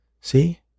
See